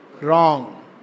Wrong